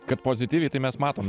kad pozityviai tai mes matom